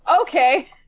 okay